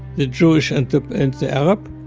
the jewish and the and the arab.